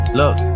look